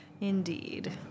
Indeed